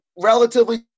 relatively